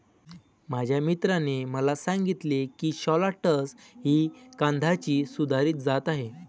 माझ्या मित्राने मला सांगितले की शालॉट्स ही कांद्याची सुधारित जात आहे